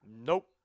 Nope